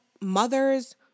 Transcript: mothers